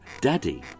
daddy